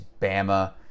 bama